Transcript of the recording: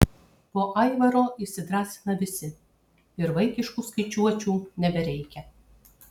po aivaro įsidrąsina visi ir vaikiškų skaičiuočių nebereikia